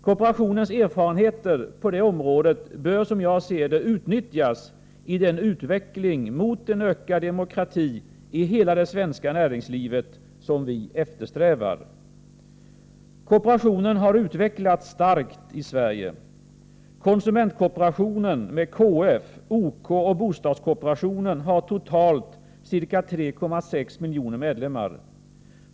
Kooperationens erfarenheter på det området bör, som jag ser — Nr 125 det, utnyttjas i den utveckling mot en ökad demokrati i hela det svenska näringslivet som vi eftersträvar. Kooperationen har utvecklats starkt i Sverige. Konsumentkooperationen, med KF, OK och bostadskooperationen, har totalt ca 3,6 miljoner medlemmar.